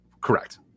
Correct